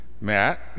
Matt